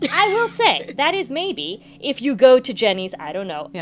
and i will say that is maybe if you go to jeni's, i don't know. yeah